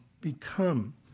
become